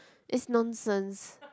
it's nonsense